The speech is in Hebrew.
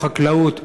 בחקלאות,